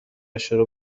شروع